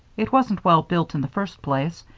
it wasn't well built in the first place,